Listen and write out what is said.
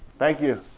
thank you.